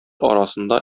арасында